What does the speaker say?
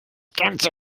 ganze